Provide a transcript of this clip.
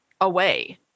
away